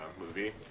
movie